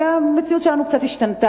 כי המציאות שלנו קצת השתנתה,